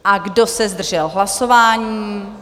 A kdo se zdržel hlasování?